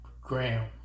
Graham